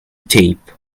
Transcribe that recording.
tape